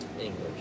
English